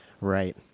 right